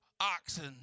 oxen